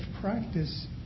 practice